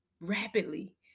rapidly